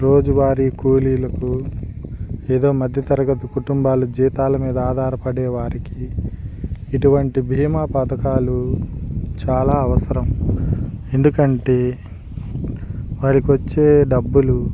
రోజువారి కూలీలకు ఏదో మధ్యతరగతి కుటుంబాలు జీతాల మీద ఆధారపడే వారికి ఇటువంటి బీమా పథకాలు చాలా అవసరం ఎందుకంటే వారికి వచ్చే డబ్బులు